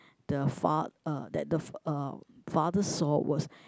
the fa~ uh that the fa~ uh father saw was